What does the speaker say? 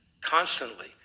constantly